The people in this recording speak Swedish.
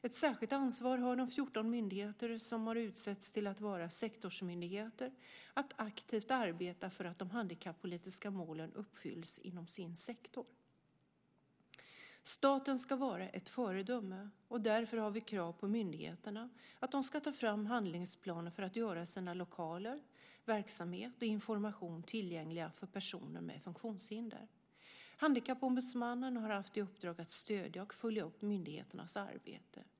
Ett särskilt ansvar har de 14 myndigheter som har utsetts till att vara sektorsmyndigheter att aktivt arbeta för att de handikappolitiska målen uppfylls inom sin sektor. Staten ska vara ett föredöme. Därför har vi krav på myndigheterna att de ska ta fram handlingsplaner för att göra sina lokaler, verksamhet och information tillgängliga för personer med funktionshinder. Handikappombudsmannen har haft i uppdrag att stödja och följa upp myndigheternas arbete.